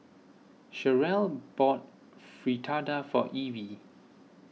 Cherrelle bought Fritada for Evie